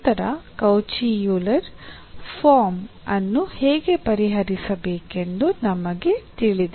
ಮತ್ತು ನಂತರ Cauchy Euler form ಅನ್ನು ಹೇಗೆ ಪರಿಹರಿಸಬೇಕೆಂದು ನಮಗೆ ತಿಳಿದಿದೆ